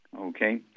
okay